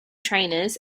trainers